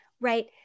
right